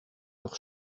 leurs